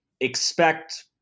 expect